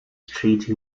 treaty